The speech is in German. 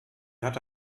hatte